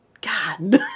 God